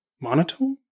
monotone